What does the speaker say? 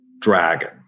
dragon